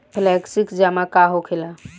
Flexi जमा का होखेला?